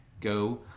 go